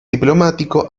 diplomático